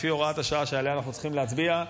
לפי הוראת השעה שעליה אנחנו הולכים להצביע,